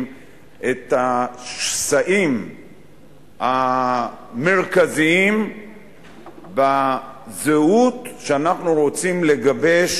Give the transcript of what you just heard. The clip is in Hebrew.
את השסעים המרכזיים בזהות שאנחנו רוצים לגבש